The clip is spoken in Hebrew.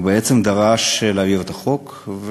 ובעצם דרש להעביר את החוק.